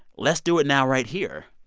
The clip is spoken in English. let's do it now right here.